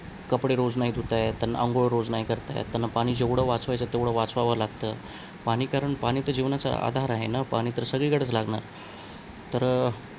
कपडे रोज नाही धुता येत त्यांना आंघोळ रोज नाही करता येत त्यांना पाणी जेवढं वाचवायचं तेवढं वाचवावं लागतं पाणी कारण पाणी तर जीवनाचा आधार आहे ना पाणी तर सगळीकडंच लागणार तर